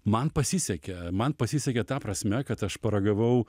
man pasisekė man pasisekė ta prasme kad aš paragavau